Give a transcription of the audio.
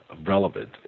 relevant